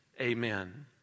Amen